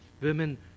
Women